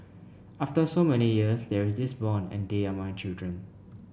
after so many years there is this bond they are my children